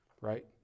right